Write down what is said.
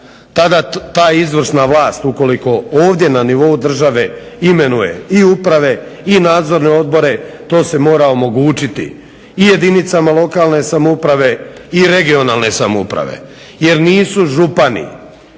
tada ta izvršna vlast ukoliko ovdje na nivou države imenuje i uprave i nadzorne odbore to se mora omogućiti i jedinicama lokalne samouprave i regionalne samouprave, jer nisu župani